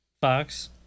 Fox